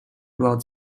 blood